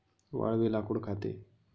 वाळवी लाकूड खाते